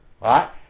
right